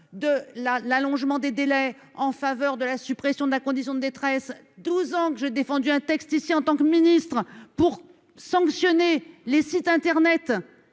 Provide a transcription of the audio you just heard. la l'allongement des délais, en faveur de la suppression de la condition de détresse 12 ans que j'ai défendu un texte ici en tant que ministre pour sanctionner les sites internet